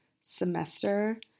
semester